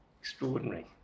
extraordinary